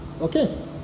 okay